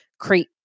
create